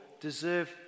deserve